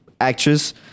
actress